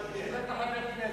בשביל זה אתה חבר כנסת.